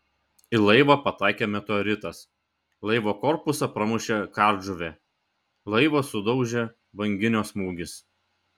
į laivą pataikė meteoritas laivo korpusą pramušė kardžuvė laivą sudaužė banginio smūgis